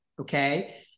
Okay